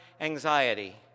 anxiety